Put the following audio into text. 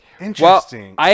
Interesting